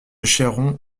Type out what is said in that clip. cheyron